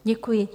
Děkuji.